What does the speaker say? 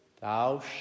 Thou